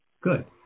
Good